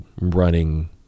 running